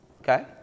Okay